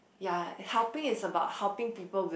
ya helping is about helping people with